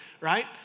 right